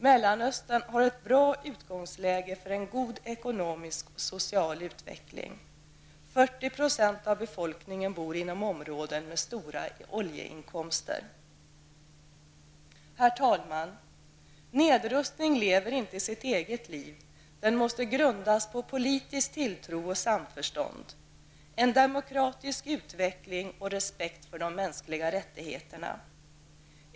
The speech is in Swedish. Mellanöstern har ett bra utgångsläge för en god ekonomisk och social utveckling. 40 % av befolkningen bor inom områden med stora oljeinkomster. Herr talman! Nedrustning lever inte sitt eget liv; den måste grundas på politisk tilltro och samförstånd, en demokratisk utveckling och respekt för de mänskliga rättigheterna.